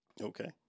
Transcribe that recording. Okay